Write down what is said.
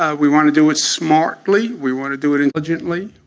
ah we want to do it smartly. we want to do it intelligently,